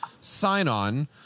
sign-on